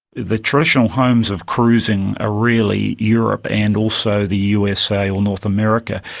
the traditional homes of cruising are really europe and also the usa or north america.